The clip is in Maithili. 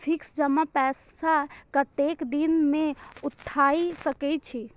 फिक्स जमा पैसा कतेक दिन में उठाई सके छी?